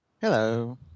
Hello